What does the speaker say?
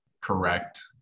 correct